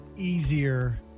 Easier